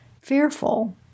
fearful